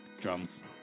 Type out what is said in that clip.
drums